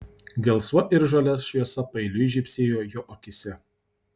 gelsva ir žalia šviesa paeiliui žybsėjo jo akyse